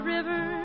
River